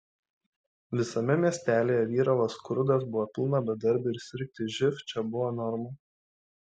visame miestelyje vyravo skurdas buvo pilna bedarbių ir sirgti živ čia buvo norma